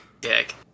dick